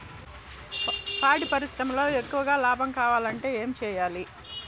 పాడి పరిశ్రమలో ఎక్కువగా లాభం కావాలంటే ఏం చేయాలి?